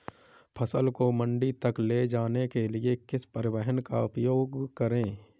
फसल को मंडी तक ले जाने के लिए किस परिवहन का उपयोग करें?